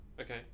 Okay